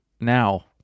now